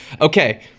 Okay